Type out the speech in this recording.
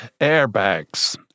airbags